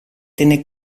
tenne